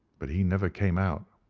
but he never came out.